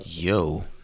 Yo